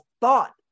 thought